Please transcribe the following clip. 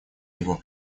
его